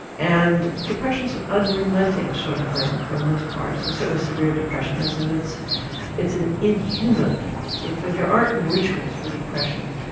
and depression is an unrelenting sort of thing for the most part, certainly severe depression is, and it's it's an inhuman sort of thing, there aren't rituals for depression,